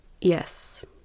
yes